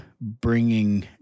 bringing